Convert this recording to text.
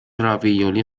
راویولی